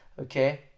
okay